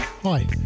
Hi